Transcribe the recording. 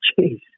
jeez